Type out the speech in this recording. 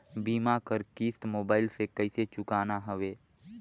बीमा कर किस्त मोबाइल से कइसे चुकाना हवे